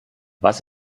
was